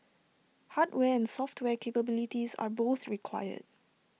hardware and software capabilities are both required